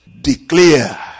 declare